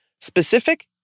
Specific